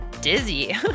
dizzy